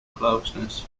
closeness